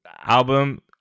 album